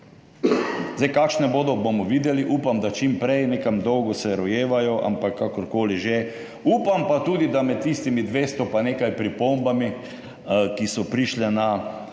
zdrsa. Kakšne bodo, bomo videli, upam, da čim prej, nekam dolgo se rojevajo, ampak kakor koli že, upam tudi, da je med tistimi 200 in nekaj pripombami, ki so prišle na